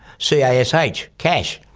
c a s h, cash.